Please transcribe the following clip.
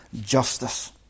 justice